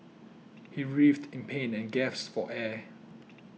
he writhed in pain and gasped for air